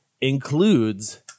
includes